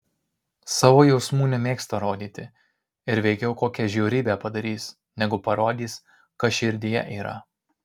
savo jausmų nemėgsta rodyti ir veikiau kokią žiaurybę padarys negu parodys kas širdyje yra